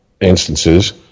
instances